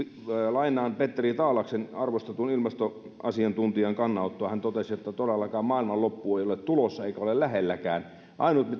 lainaan arvostetun ilmastoasiantuntijan petteri taalaksen kannanottoa hän totesi että todellakaan maailmanloppu ei ole tulossa eikä ole lähelläkään